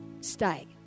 stay